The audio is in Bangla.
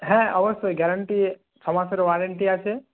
হ্যাঁ অবশ্যই গ্যারেন্টি ছমাসের ওয়ারেন্টি আছে